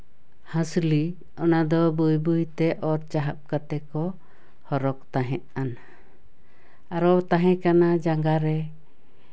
ᱦᱟᱹᱥᱞᱤ ᱚᱱᱟᱫᱚ ᱵᱟᱹᱭ ᱵᱟᱹᱭᱛᱮ ᱚᱨ ᱪᱟᱦᱟᱵᱽ ᱠᱟᱛᱮ ᱠᱚ ᱦᱚᱨᱚᱜ ᱛᱟᱦᱮᱸᱜ ᱟᱱ ᱟᱨᱚ ᱛᱟᱦᱮᱸ ᱠᱟᱱᱟ ᱡᱟᱝᱜᱟ ᱨᱮ